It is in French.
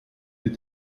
des